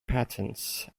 patents